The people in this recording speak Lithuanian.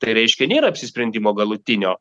tai reiškia nėra apsisprendimo galutinio